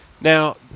Now